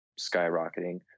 skyrocketing